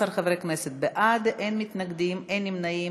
14 חברי כנסת בעד, אין מתנגדים ואין נמנעים.